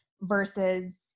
versus